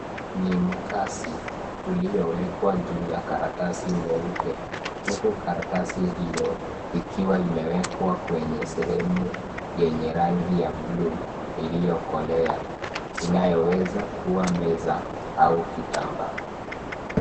Ni mkasi uliowekwa juu ya karatasi nyeupe huku karatasi hiyo ikiwa imewekwa kwenye sehemu yenye rangi ya buluu iliyokolea inayoweza kuwa meza au kitambaa